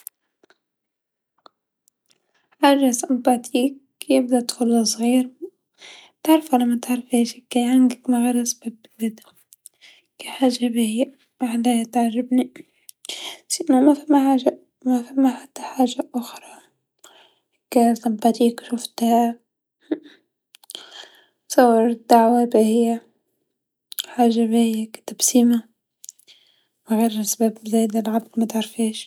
حاجه ظريفه كيبدا طفل صغير تعرفو و لا متعرفيهش هيكا يعنقك معارصبب زادا، كي حاجه باهيا معناها تعجبني، و إلا مفماش حاجه، مافما حتى حاجه أخرى، هاكا ظريفه شفتها، نتصور حاجه باهيا حاجه باهيا كتبسيمه و عرزباب زادا عبد متعرفيهش.